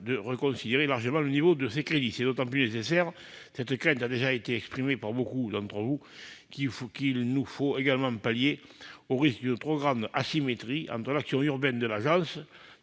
de reconsidérer largement le niveau de ses crédits. C'est d'autant plus nécessaire- cette crainte a déjà été exprimée par nombre d'entre vous -qu'il nous faut également remédier au risque d'une trop grande asymétrie entre l'action urbaine de l'agence